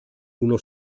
uno